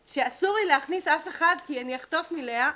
שאסור לי להכניס אף אחד כי אני אחטוף מלאה,